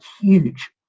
huge